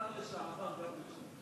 שר לשעבר גם נחשב.